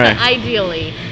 ideally